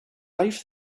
life